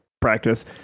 practice